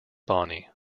bonnie